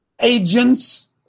agents